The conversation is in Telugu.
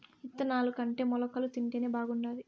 ఇత్తనాలుకంటే మొలకలు తింటేనే బాగుండాది